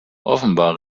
offenbar